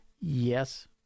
Yes